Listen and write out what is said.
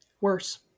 worse